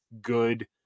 good